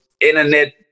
internet